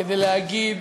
כדי להגיד